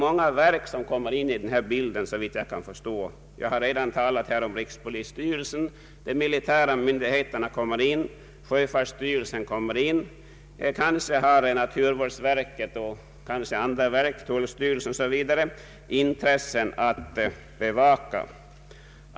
Många verk blir berörda, såvitt jag kan förstå. Jag har redan talat om rikspolisstyrelsen. Därtill berörs de militära myndigheterna och sjöfartsstyrelsen. Kanske har även naturvårdsverket och tullverket intressen att bevaka.